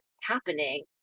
happening